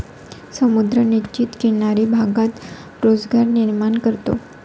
समुद्र निश्चित किनारी भागात रोजगार निर्माण करतो